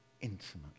intimately